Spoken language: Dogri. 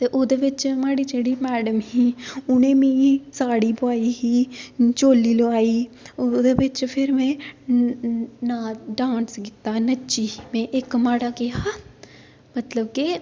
ते ओह्दे बिच्च म्हाड़ी जेह्ड़ी मैडम ही उनें मिगी साड़ी पोआई चोली लोआई ओह्दे बिच्च फिर में डांस ना कीता नच्ची में इक म्हाड़ा केह् हा मतलब कि